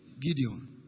Gideon